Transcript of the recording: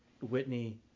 Whitney